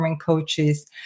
coaches